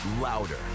louder